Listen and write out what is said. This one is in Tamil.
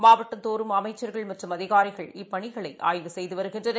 மாவட்டந்தோறும் அமைச்சர்கள் மற்றும் அதிகாரிகள் இப்பணிகளை ஆய்வு செய்துவருகின்றனர்